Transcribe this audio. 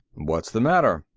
what's the matter?